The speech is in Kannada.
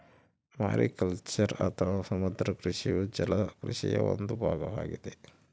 ಮಾರಿಕಲ್ಚರ್ ಅಥವಾ ಸಮುದ್ರ ಕೃಷಿಯು ಜಲ ಕೃಷಿಯ ಒಂದು ಭಾಗವಾಗಿದೆ